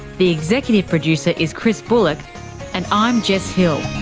the executive producer is chris bullock and i'm jess hill